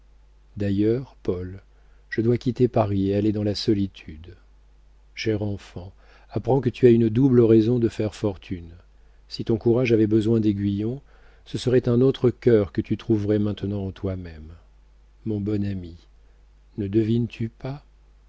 d'ailleurs paul je dois quitter paris et aller dans la solitude cher enfant apprends que tu as une double raison de faire fortune si ton courage avait besoin d'aiguillon ce serait un autre cœur que tu trouverais maintenant en toi-même mon bon ami ne devines tu pas